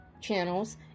channels